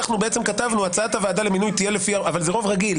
שכתבת שהצעת הוועדה למינוי תהיה לפי הרוב,